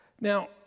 Now